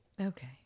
okay